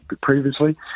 previously